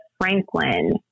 Franklin